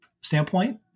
standpoint